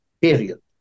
Period